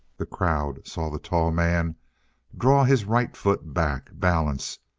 the crowd saw the tall man draw his right foot back, balance,